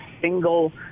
single